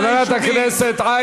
מתי לאחרונה?